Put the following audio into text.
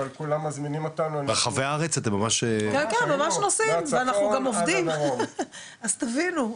אנחנו נוסעים ואנחנו גם עובדים אז תבינו,